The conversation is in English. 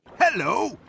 hello